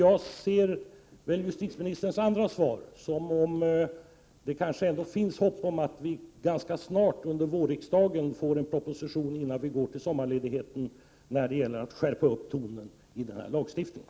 Av justitieministerns andra svar utläser jag att det kanske ändå finns hopp 15 december 1988 om att vi ganska snart under vårriksdagen — före sommarledigheten — får en proposition som innebär en skärpning av tonen i den här lagstiftningen.